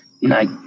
Night